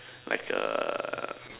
like a